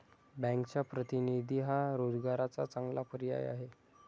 बँकचा प्रतिनिधी हा रोजगाराचा चांगला पर्याय आहे